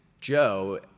Joe